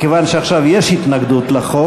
מכיוון שעכשיו יש התנגדות לחוק,